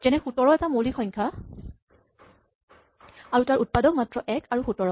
যেনে ১৭ এটা মৌলিক সংখ্যা আৰু তাৰ উৎপাদক মাত্ৰ ১ আৰু ১৭